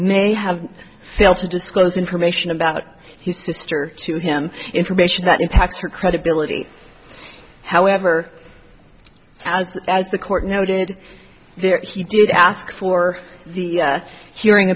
may have failed to disclose information about his sister to him information that impacts her credibility however as as the court noted there he did ask for the hearing